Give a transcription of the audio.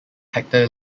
hector